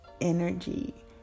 energy